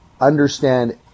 understand